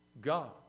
God